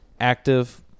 active